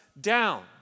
down